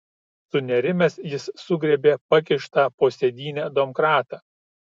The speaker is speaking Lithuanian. sunerimęs jis sugriebė pakištą po sėdyne domkratą